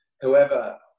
whoever